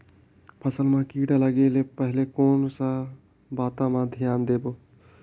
फसल मां किड़ा लगे ले पहले कोन सा बाता मां धियान देबो?